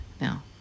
Now